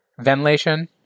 Ventilation